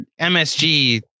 msg